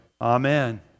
Amen